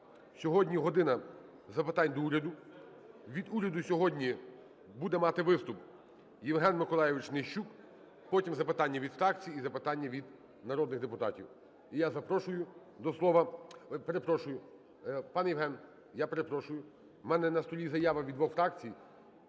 сьогодні "година запитань до Уряду". Від уряду сьогодні буде мати виступ Євген Миколайович Нищук, потім – запитання від фракцій і запитання від народних депутатів. І я запрошую до слова… Перепрошую, пане Євген, я перепрошую, у мене на столі заява від двох фракцій,